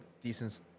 decent